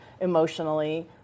emotionally